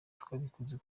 twabikoze